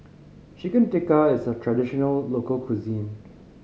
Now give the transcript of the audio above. Chicken Tikka is a traditional local cuisine